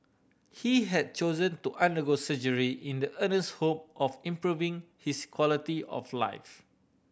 he had chosen to undergo surgery in the earnest hope of improving his quality of life